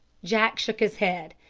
jack shook his head.